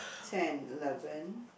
ten eleven